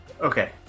Okay